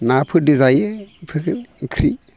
नाफोरजों जायो बेफोरखौ ओंख्रि